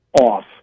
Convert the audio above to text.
off